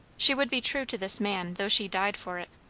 she would be true to this man, though she died for it!